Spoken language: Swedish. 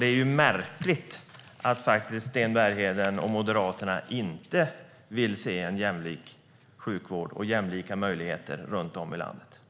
Det är märkligt att Sten Bergheden och Moderaterna inte vill se en jämlik sjukvård och jämlika möjligheter runt om i landet.